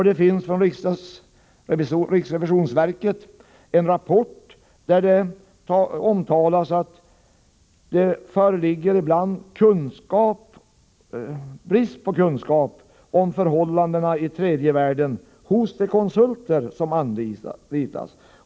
Det föreligger en rapport från riksrevisionsverket, där det omtalas att det ibland saknas kunskap om förhållandena i tredje världen hos de konsulter som anlitas.